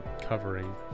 covering